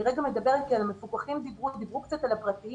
אני מדברת על מפוקחים דיברו קצת על הפרטיים